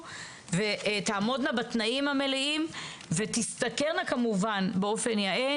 ותעמודנה בתנאים המלאים ותשתכרנה כמובן באופן יאה,